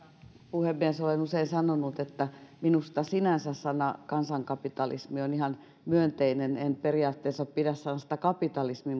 puhemies olen usein sanonut että minusta sinänsä sana kansankapitalismi on ihan myönteinen en periaatteessa pidä sanasta kapitalismi